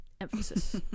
Emphasis